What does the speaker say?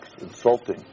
insulting